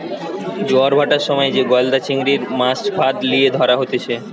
জোয়ার ভাঁটার সময় যে গলদা চিংড়ির, মাছ ফাঁদ লিয়ে ধরা হতিছে